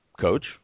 coach